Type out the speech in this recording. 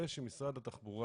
זה שמשרד התחבורה